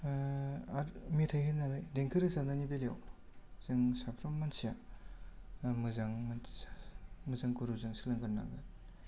आरो मेथाइ होनानै देंखो रोजाबनायनि बेलायाव जों साफ्रामबो मानसिया मोजां मोन्थिया मोजां गुरुजों सोलोंग्रोनांगोन